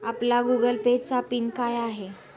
आपला Google Pay चा pin काय आहे?